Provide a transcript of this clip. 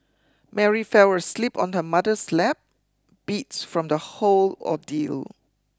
Mary fell asleep on her mother's lap beat from the whole ordeal